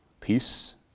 peace